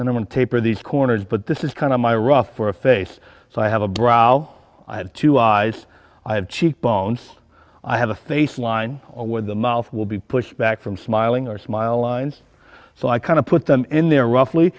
then taper these corners but this is kind of my rough for a face so i have a brow i had two eyes i have cheekbones i have a face line where the mouth will be pushed back from smiling or smile lines so i kind of put them in there roughly